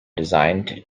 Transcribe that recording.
designed